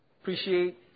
Appreciate